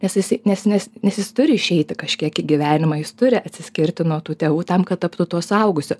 nes jisai nes nes jis turi išeiti kažkiek į gyvenimą jis turi atsiskirti nuo tų tėvų tam kad taptų tuo suaugusiu